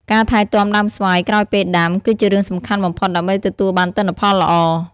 ការថែទាំដើមស្វាយក្រោយពេលដាំ គឺជារឿងសំខាន់បំផុតដើម្បីទទួលបានទិន្នផលល្អ។